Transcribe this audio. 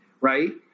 Right